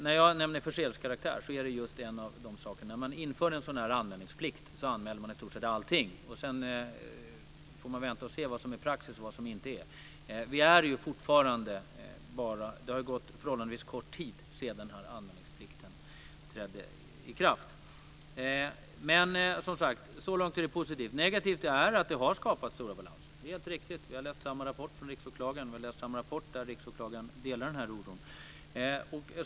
Begreppet förseelsekaraktär beror på att anmälningsplikten har lett till att i stort sett allt anmäls. Sedan får man vänta och se vad som blir praxis. Det har gått förhållandevis kort tid sedan anmälningsplikten trädde i kraft. Så långt är det positivt. Det negativa är att det har skapats stora balanser. Det är helt riktigt. Vi har läst samma rapport från Riksåklagaren, och han delar denna oro.